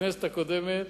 בכנסת הקודמת